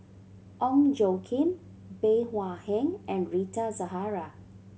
Ong Tjoe Kim Bey Hua Heng and Rita Zahara